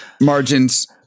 Margins